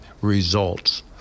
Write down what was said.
results